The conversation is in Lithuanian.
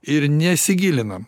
ir nesigilinam